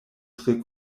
tre